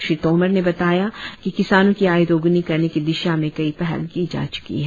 श्री तोमर ने बताया कि किसानों की आय दुगुनी करने की दिशा में कई पहल की जा चुकी हैं